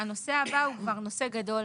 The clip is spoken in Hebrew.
הנושא הבא הוא כבר נושא גדול,